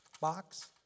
box